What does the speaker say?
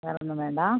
വേറൊന്നും വേണ്ട